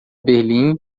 berlim